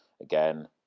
again